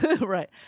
right